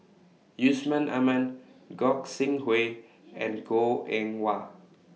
Yusman Aman Gog Sing Hooi and Goh Eng Wah